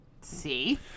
See